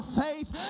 faith